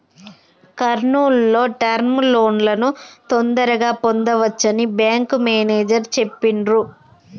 కర్నూల్ లో టర్మ్ లోన్లను తొందరగా పొందవచ్చని బ్యేంకు మేనేజరు చెప్పిర్రు